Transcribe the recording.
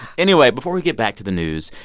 anyway, before we get back to the news,